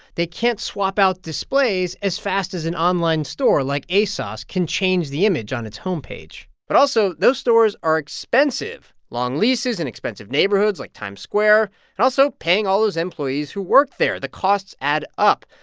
they can't swap out displays as fast as an online store like asos can change the image on its home page. but also, those stores are expensive long leases in expensive neighborhoods like times square and also paying all those employees who work there. the costs add up.